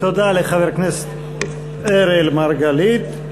תודה לחבר הכנסת אראל מרגלית.